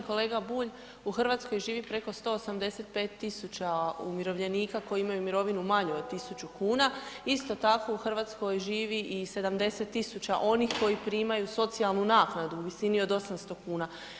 Poštovani kolega Bulj, u Hrvatskoj živi preko 185.000 umirovljenika koji imaju mirovinu manju od 1000 kuna, isto tako u Hrvatskoj živi i 70.000 onih koji primaju socijalnu naknadu u visini od 800 kuna.